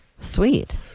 sweet